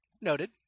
Noted